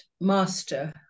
master